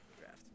draft